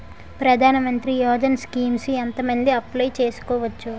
ప్రధాన మంత్రి యోజన స్కీమ్స్ ఎంత మంది అప్లయ్ చేసుకోవచ్చు?